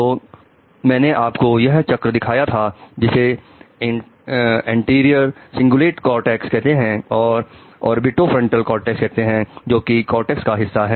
तो मैंने आपको वह चक्र दिखाया था जिसे एंटीरियर सिंगलेट कॉर्टेक्सका हिस्सा है